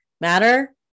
matter